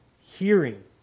hearing